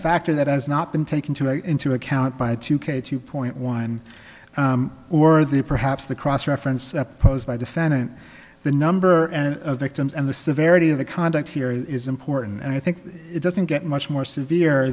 factor that has not been taken to a into account by two k two point one or the perhaps the cross reference opposed by defendant the number of victims and the severity of the conduct here is important and i think it doesn't get much more severe